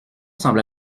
semble